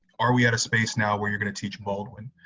are we at a space now where you're going to teach baldwin?